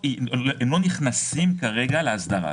לרוב הם עושים את זה באמצעות חברה בע"מ,